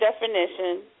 definition